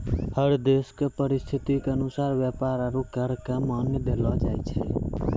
हर देश के परिस्थिति के अनुसार व्यापार आरू कर क मान्यता देलो जाय छै